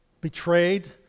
betrayed